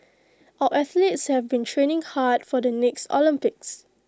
our athletes have been training hard for the next Olympics